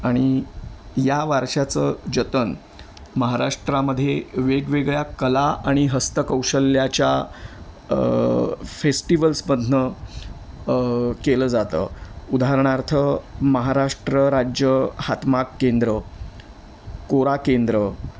आणि या वारशाचं जतन महाराष्ट्रामध्ये वेगवेगळ्या कला आणि हस्तकौशल्याच्या फेस्टिवल्समधनं केलं जातं उदाहरणार्थ महाराष्ट्र राज्य हातमाग केंद्र कोरा केंद्र